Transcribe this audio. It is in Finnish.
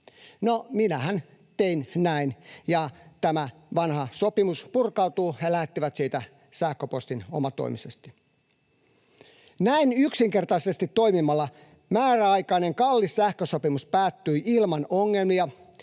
minähän tein näin, ja tämä vanha sopimus purkautuu — he lähettivät siitä sähköpostin omatoimisesti. Näin yksinkertaisesti toimimalla määräaikainen, kallis sähkösopimus päättyi talossani ilman ongelmia